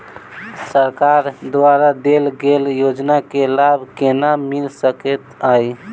सरकार द्वारा देल गेल योजना केँ लाभ केना मिल सकेंत अई?